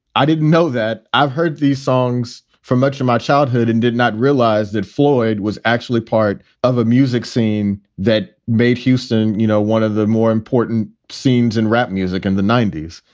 i didn't know that. i've heard these songs for much of my childhood and did not realize that floyd was actually part of a music scene that made houston, you know, one of the more important scenes in rap music in the ninety s.